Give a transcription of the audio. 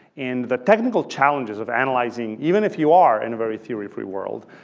and the technical challenges of analyzing, even if you are in a very theory-free world,